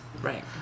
Right